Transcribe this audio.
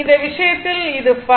இந்த விஷயத்தில் இது ϕ